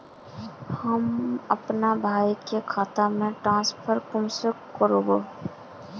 हम अपना भाई के खाता में ट्रांसफर कुंसम कारबे?